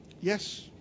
Yes